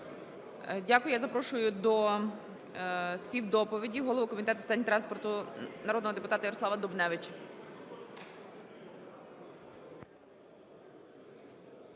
Дякую. Я запрошую до співдоповіді голову Комітету з питань транспорту народного депутата Ярослава Дубневича.